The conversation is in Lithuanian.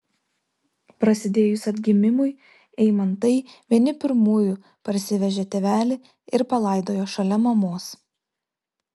prasidėjus atgimimui eimantai vieni pirmųjų parsivežė tėvelį ir palaidojo šalia mamos